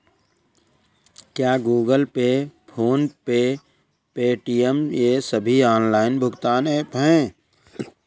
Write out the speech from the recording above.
क्या Google Pay PhonePe Paytm ये सभी ऑनलाइन भुगतान ऐप हैं?